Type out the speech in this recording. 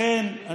לכן,